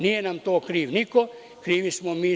Nije nam to kriv niko, krivi smo mi sami.